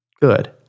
good